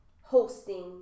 hosting